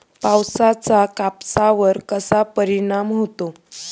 पावसाचा कापसावर कसा परिणाम होतो?